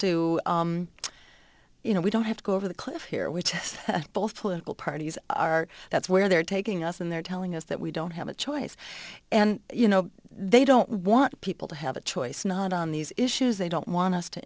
to you know we don't have to go over the cliff here which both political parties are that's where they're taking us and they're telling us that we don't have a choice and you know they don't want people to have a choice not on these issues they don't want us to